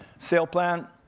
sail plan,